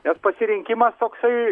nes pasirinkimas toksai